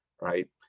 right